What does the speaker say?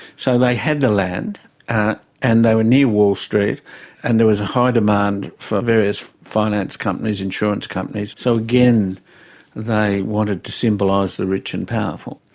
so they had the land and they were near wall street and there was a high demand for various finance companies, insurance companies, so again they wanted to symbolise the rich and powerful.